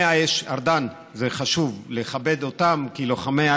היא שעבודת המשטרה מתבצעת לעיתים לחינם,